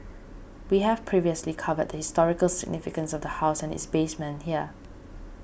we have previously covered the historical significance of the house and its basement here